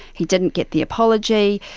he didn't get the apology.